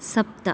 सप्त